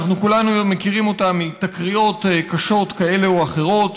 אנחנו כולנו מכירים אותם מתקריות קשות כאלה או אחרות.